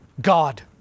God